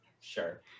Sure